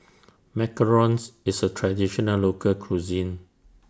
Macarons IS A Traditional Local Cuisine